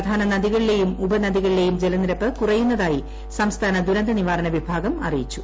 പ്രധാന നദികളിലെയും ഉപനദികളിലെയും ജലനിരപ്പ് കുറയുന്നതായി സംസ്ഥാന ദുരന്ത നിവാരണ വിഭാഗം അറിയിച്ചു